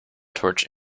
torch